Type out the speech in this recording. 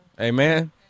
Amen